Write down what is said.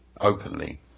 openly